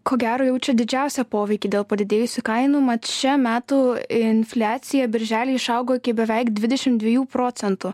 ko gero jaučia didžiausią poveikį dėl padidėjusių kainų mat čia metų infliacija birželį išaugo iki beveik dvidešim dviejų procentų